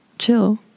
chill